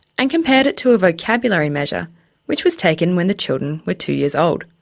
and compared it to a vocabulary measure which was taken when the children were two years old.